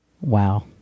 Wow